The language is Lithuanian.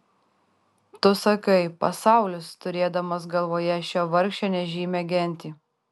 tu sakai pasaulis turėdamas galvoje šią vargšę nežymią gentį